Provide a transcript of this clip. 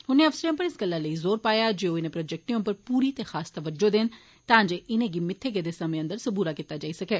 उनें अफसरें उप्पर इस गल्ला लेई जोर पाया जे ओ इनें प्रोजेक्टें उप्पर पूरी ते खास तवज्जो देन तां जे इनें गी मित्थे गेदे समें अंदर पूरा कीता जाई सकै